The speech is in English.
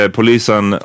polisen